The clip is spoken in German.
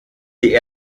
die